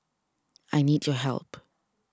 I need your help